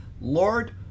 lord